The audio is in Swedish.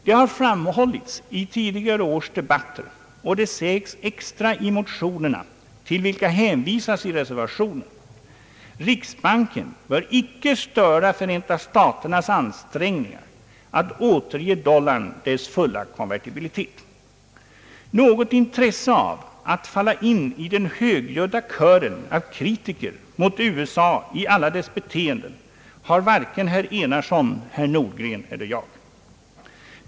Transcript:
Det har framhållits i tidigare års debatter, och det sägs dessutom i motionerna till vilka hänvisas i reservationen: Riksbanken bör icke störa Förenta staternas ansträngningar att återge dollarn dess fulla konvertibilitet. Något intresse av att falla in i den högljudda kören av kritiker mot USA i alla dess beteenden har varken herr Enarsson, herr Nordgren eller jag.